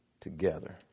together